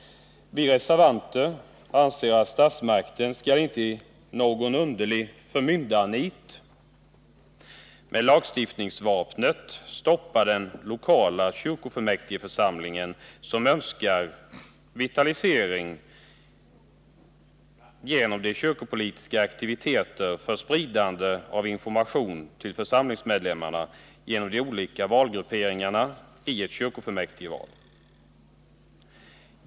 Vi reservanter anser att statsmakten inte i något underligt förmyndarnit med lagstiftningsvapnet skall stoppa den lokala kyrkofullmäktigförsamling som önskar vitalisera de kyrkopolitiska aktiviteterna för spridande av information till församlingsmedlemmarna genom de olika valgrupperingarna i kyrkofullmäktige.